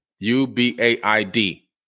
U-B-A-I-D